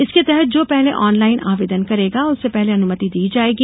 इसके तहत जो पहले ऑनलाइन आवेदन करेगा उसे पहले अनुमति दी जायेगी